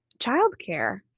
childcare